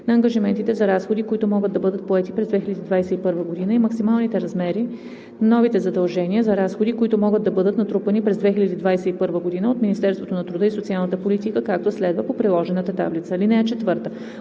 на ангажиментите за разходи, които могат да бъдат поети през 2021 г., и максималните размери на новите задължения за разходи, които могат да бъдат натрупани през 2021 г. от Министерството на труда и социалната политика, както следва: по приложената таблица. (4) Утвърждава